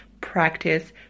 practice